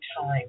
time